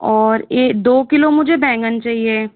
और ए दो किलो मुझे बैंगन चाहिए